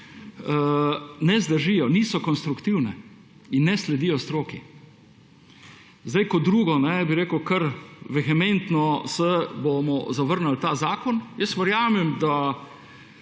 ne zdržijo, niso konstruktivne in ne sledijo stroki. Kot drugo, kar vehementno bomo zavrnili ta zakon. Verjamem, da